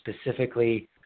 specifically